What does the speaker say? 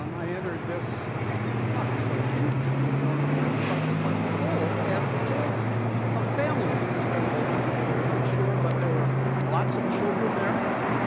um i entered this not so huge reformed church, but but full and full of families. there were older people there to be sure, but there were lots of children there,